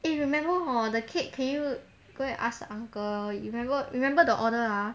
if you remember hor the kid can you go and ask uncle you remember remember the order ah